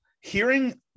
hearing